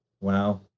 Wow